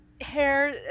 hair